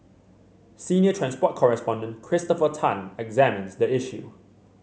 senior transport correspondent Christopher Tan examines the issue